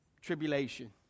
tribulation